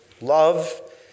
love